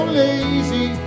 lazy